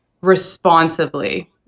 responsibly